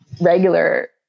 regular